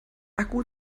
akku